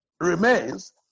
remains